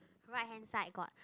right hand side got